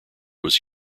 was